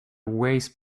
waste